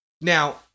Now